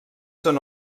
són